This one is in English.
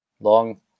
Long